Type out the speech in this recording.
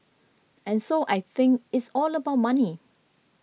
and so I think it's all about money